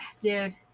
dude